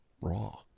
raw